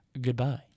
Goodbye